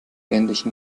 ähnlichem